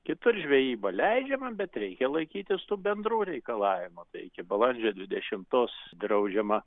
kitur žvejyba leidžiama bet reikia laikytis tų bendrų reikalavimų bei iki balandžio dvidešimtos draudžiama